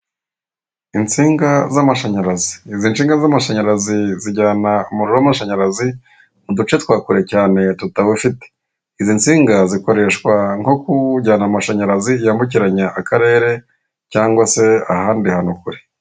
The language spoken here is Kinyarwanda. Insinga z'amashanyarazi izi nsinga z'amashanyarazi zijyana umuriro w'amashanyarazi mu duce twa kure cyane tutawufite, izi nsinga zikoreshwa nko kujyana amashanyarazi yambukiranya akarere cyangwa se ahandi hantu kure.